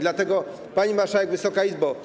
Dlatego, pani marszałek, Wysoka Izbo.